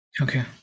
Okay